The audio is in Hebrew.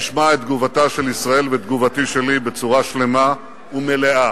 אתה תשמע את תגובתה של ישראל ותגובתי שלי בצורה שלמה ומלאה.